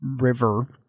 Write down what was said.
river